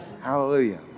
Hallelujah